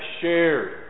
shared